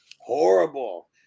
horrible